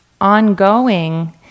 ongoing